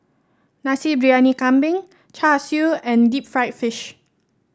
Nasi Briyani Kambing Char Siu and Deep Fried Fish